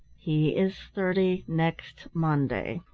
he is thirty next monday,